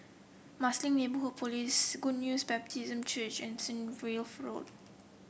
Marsiling Neighbourhood Police News Baptist Church and St Wilfred Road